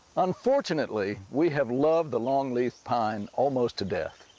unfortunately, we have loved the longleaf pine almost to death.